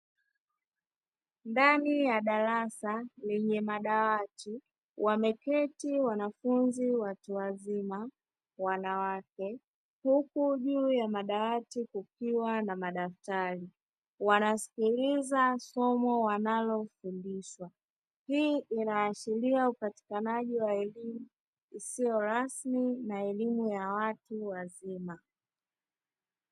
Ndani ya darasa lenye madawati, wameketi wanafunzi watu wazima wanawake, huku juu ya madawati kukiwa na madaftari. Wanasikiliza somo wanalofundishwa. Hii inaashiria upatikanaji wa elimu isiyo rasmi na elimu ya watu wazima.